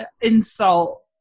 insult